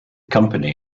company